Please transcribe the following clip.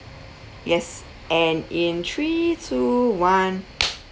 yes and in three two one